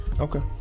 Okay